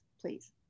please